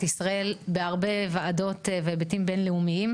ישראל בהרבה וועדות והיבטים בינלאומיים,